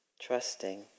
Trusting